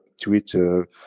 Twitter